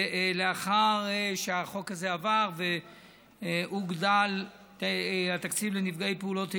לאחר שהחוק הזה עבר והוגדל התקציב לנפגעי פעולות איבה,